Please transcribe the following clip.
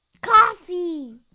Coffee